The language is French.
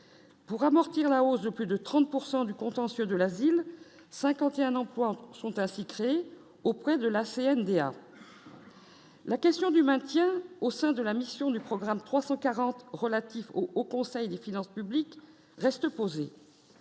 pour amortir la hausse de plus de 30 pourcent du contentieux de l'asile 51 emplois sont ainsi créés auprès de la CNDA. La question du maintien au sein de la mission du programme 340 relatif au Haut Conseil des finances publiques reste posée,